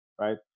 right